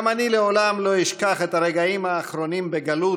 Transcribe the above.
גם אני לעולם לא אשכח את הרגעים האחרונים בגלות,